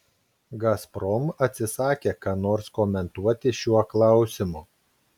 gazprom atsisakė ką nors komentuoti šiuo klausimu